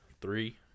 Three